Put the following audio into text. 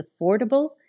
affordable